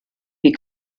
wie